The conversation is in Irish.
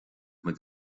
muid